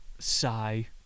sigh